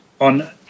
on